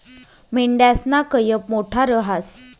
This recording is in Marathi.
मेंढयासना कयप मोठा रहास